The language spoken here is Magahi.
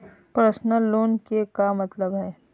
पर्सनल लोन के का मतलब हई?